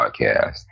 podcast